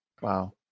Wow